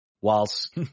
whilst